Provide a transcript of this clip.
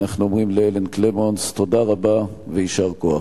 אנחנו אומרים לאלן קלמונס: תודה רבה ויישר כוח.